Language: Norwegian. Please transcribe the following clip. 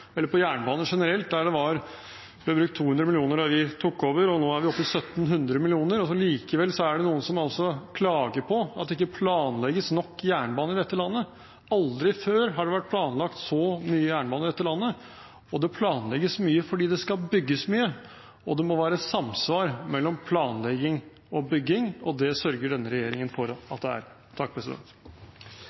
eller av jernbaner generelt, der det ble brukt 200 mill. kr da vi tok over. Nå er vi oppe i 1 700 mill. kr. Likevel er det noen som klager på at det ikke planlegges nok jernbane i dette landet. Aldri før har det vært planlagt så mye jernbane i dette landet, og det planlegges mye fordi det skal bygges mye, og det må være samsvar mellom planlegging og bygging. Det sørger denne regjeringen for at det er.